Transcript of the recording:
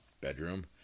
bedroom